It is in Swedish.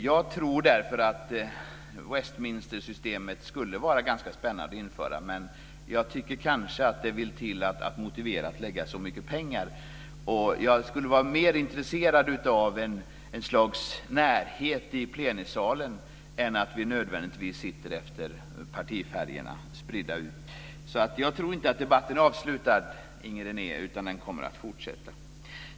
Jag tror därför att Westminstersystemet skulle vara ganska spännande att införa, men jag tycker kanske att det vill till att man kan motivera att lägga så mycket pengar på det. Jag skulle vara mer intresserad av ett slags närhet i plenisalen än av att vi nödvändigtvis sitter utspridda efter partifärg. Jag tror inte att debatten är avslutad, Inger René. Den kommer att fortsätta.